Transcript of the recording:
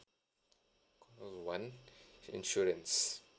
call one insurance